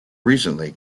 recently